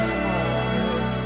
heart